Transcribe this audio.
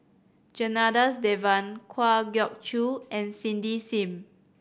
Janadas Devan Kwa Geok Choo and Cindy Sim